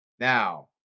Now